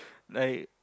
like